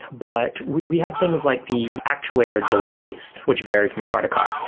but we we have things like the actuator delays, which vary from car to car.